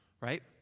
Right